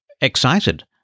excited